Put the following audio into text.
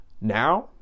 now